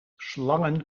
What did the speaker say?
slangen